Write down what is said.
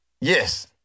Yes